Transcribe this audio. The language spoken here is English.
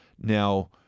now